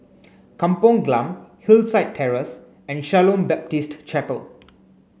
Kampong Glam Hillside Terrace and Shalom Baptist Chapel